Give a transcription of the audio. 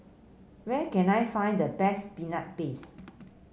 where can I find the best Peanut Paste